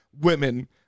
women